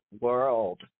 world